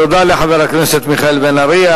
תודה לחבר הכנסת מיכאל בן-ארי.